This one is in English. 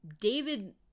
david